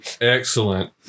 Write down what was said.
Excellent